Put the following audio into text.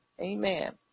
amen